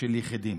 ושל יחידים.